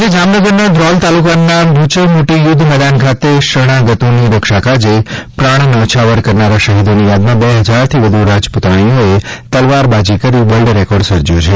આજે જામનગરના ધ્રોલ તાલુકાના ભૂચર મોટી યુદ્ધ મેદાન ખાતે શરણાગતોની રક્ષા કાજે પ્રાણ ન્યોછાવર કરનારા શહિદોની યાદમાં બે હજારથી વધુ રાજપુતાણીઓએ તલવારબાજી કરી વર્લ્ડ રેકોર્ડ સર્જ્યો છે